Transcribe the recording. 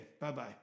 Bye-bye